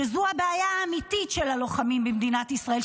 שזו הבעיה האמיתית של הלוחמים במדינת ישראל,